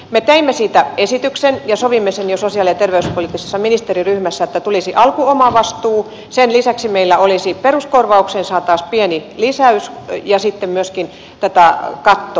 me teimme siitä esityksen ja sovimme sen jo sosiaali ja terveyspoliittisessa ministeriryhmässä että tulisi alkuomavastuu sen lisäksi peruskorvaukseen saataisiin pieni lisäys ja sitten myöskin tätä kattoa